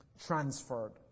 transferred